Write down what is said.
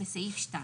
בסעיף 2